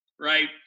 right